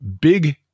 big